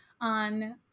on